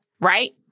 right